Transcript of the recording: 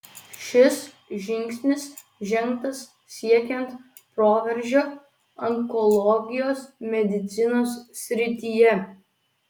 šis žingsnis žengtas siekiant proveržio onkologijos medicinos srityje